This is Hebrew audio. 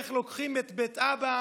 איך לוקחים את בית אבא,